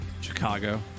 chicago